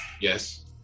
yes